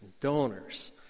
donors